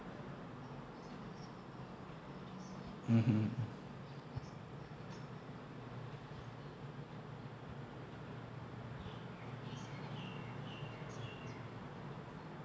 mmhmm